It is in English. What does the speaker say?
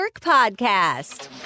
Podcast